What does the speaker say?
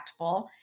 impactful